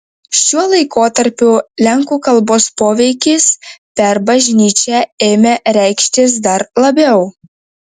šiuo laikotarpiu lenkų kalbos poveikis per bažnyčią ėmė reikštis dar labiau